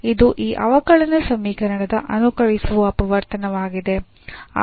ಇದು ಈ ಅವಕಲನ ಸಮೀಕರಣದ ಅನುಕಲಿಸುವ ಅಪವರ್ತನವಾಗಿದೆ